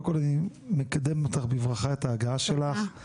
קודם כל אני מקדם אותך בברכה, את ההגעת שלך.